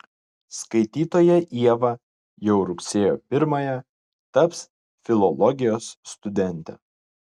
skaitytoja ieva jau rugsėjo pirmąją taps filologijos studente